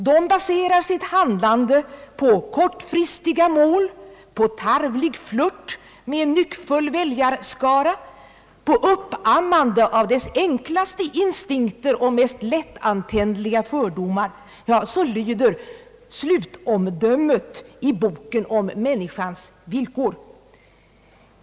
De baserar sitt handlande på kortfristiga mål, på tarvlig flirt med en nyckfull väljarskara, på uppammande av dess enklaste instinkter och mest lättantändliga fördomar. Så lyder slutomdömet i boken om människans villkor.